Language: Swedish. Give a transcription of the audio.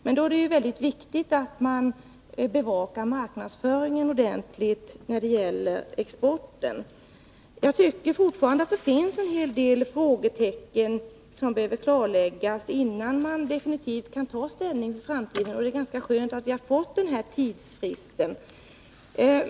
Men det är mycket viktigt när det gäller exporten att man bevakar marknadsföringen. Jag tycker att det fortfarande finns en hel del oklara frågor som behöver klaras ut innan man definitivt kan ta ställning inför framtiden i detta avseende, och det är därför ganska skönt att vi har fått en tidsfrist.